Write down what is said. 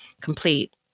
complete